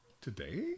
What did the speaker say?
Today